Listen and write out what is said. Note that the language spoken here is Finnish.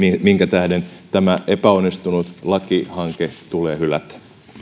minkä tähden tämä epäonnistunut lakihanke tulee hylätä